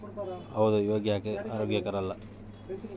change ಮಾಡಿದ ಮೀನುಗುಳು ವಾಣಿಜ್ಯ ಬಳಿಕೆಗೆ ಯೋಗ್ಯ ಆಗಿರಕಲ್ಲ